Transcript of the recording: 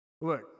Look